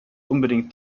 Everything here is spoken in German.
unbedingt